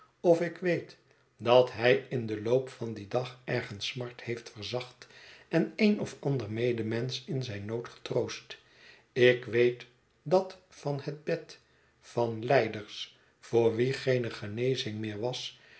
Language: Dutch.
of ik weet dat hij in den loop van dien dag ergens smart heeft verzacht en een of ander medemensch in zijn nood getroost ik weet dat van het bed van lijders voor wie geene genezing meer was